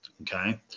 okay